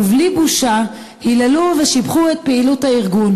ובלי בושה היללו ושיבחו את פעילות הארגון,